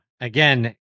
Again